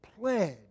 pledge